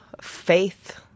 Faith